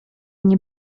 nie